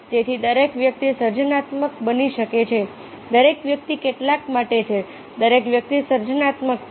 તેથી દરેક વ્યક્તિ સર્જનાત્મક બની શકે છે દરેક વ્યક્તિ કેટલાક માટે છે દરેક વ્યક્તિ સર્જનાત્મક છે